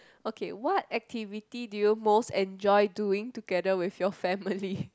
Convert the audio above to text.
okay what activity do you most enjoy doing together with your family